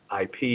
IP